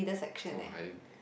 I